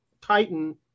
Titan